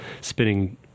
spinning